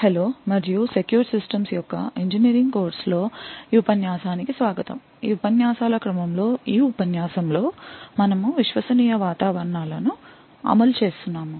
hello మరియు secure systems యొక్క engineering కోర్సులో ఈ ఉపన్యాసానికి స్వాగతం ఈ ఉపన్యాసాల క్రమంలో ఈ ఉపన్యాసంలో మనము విశ్వసనీయ వాతావరణాలను అమలు చూస్తున్నాము